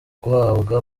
guhabwa